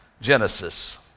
Genesis